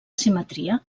simetria